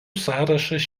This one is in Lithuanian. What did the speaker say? sąrašas